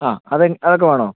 ആ അതെ അതൊക്കെ വേണോ